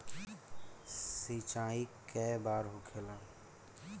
सिंचाई के बार होखेला?